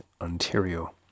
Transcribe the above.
Ontario